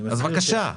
בבקשה.